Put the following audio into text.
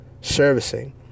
servicing